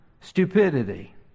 stupidity